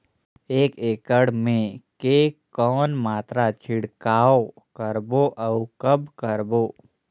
एक एकड़ मे के कौन मात्रा छिड़काव करबो अउ कब करबो?